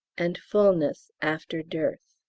and fulness after dearth.